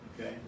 Okay